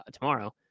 tomorrow